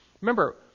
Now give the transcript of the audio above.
Remember